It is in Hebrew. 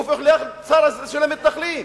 הופך להיות שר של המתנחלים,